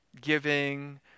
giving